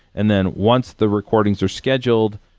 and then once the recordings are scheduled,